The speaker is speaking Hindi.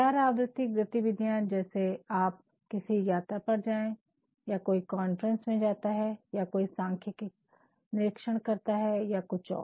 गैर आवृति गतिविधियां जैसे आप किसी यात्रा पर जाएं या कोई कॉन्फ्रेंस में जाता है या कोई सांख्यिकी निरीक्षण करता है या कुछ और